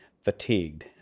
fatigued